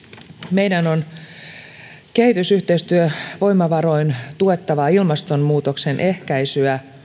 meidän on kehitysyhteistyövoimavaroin tuettava ilmastonmuutoksen ehkäisyä